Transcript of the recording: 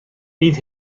bydd